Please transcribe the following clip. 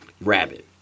Rabbit